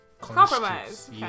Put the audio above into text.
compromise